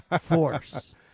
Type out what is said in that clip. force